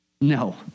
No